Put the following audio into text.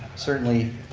certainly,